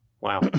Wow